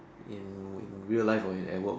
in win real life or at work